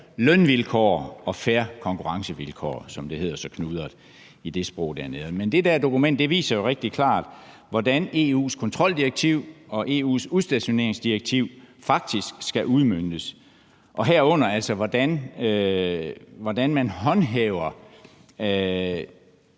lønvilkår og fair konkurrencevilkår, som det hedder så knudret i det sprog dernede. Men det dokument viser jo rigtig klart, hvordan EU's kontroldirektiv og EU's udstationeringsdirektiv faktisk skal udmøntes, og herunder altså hvordan man håndhæver,